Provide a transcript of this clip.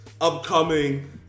upcoming